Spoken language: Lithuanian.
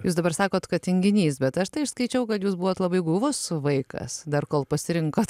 jūs dabar sakot kad tinginys bet aš tai išskaičiau kad jūs buvot labai guvus vaikas dar kol pasirinkot